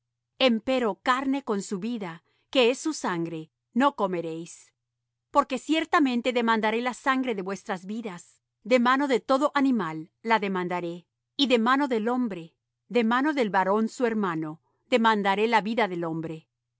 todo empero carne con su vida que es su sangre no comeréis porque ciertamente demandaré la sangre de vuestras vidas de mano de todo animal la demandaré y de mano del hombre de mano del varón su hermano demandaré la vida del hombre